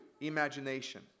Imagination